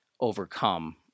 overcome